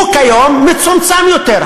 הוא כיום מצומצם יותר.